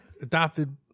adopted